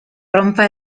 rompa